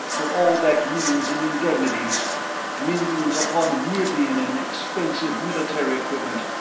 with all that means in indemnities millions upon million in expensive military equipment,